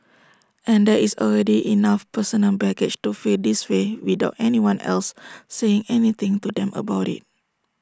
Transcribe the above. and there is already enough personal baggage to feel this way without anyone else saying anything to them about IT